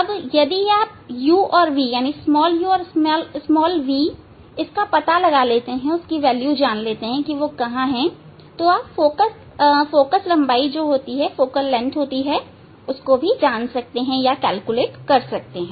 यदि आप u और v का पता लगा लेते हैं आप फोकस लंबाई भी जान सकते हैं या गणना कर सकते हैं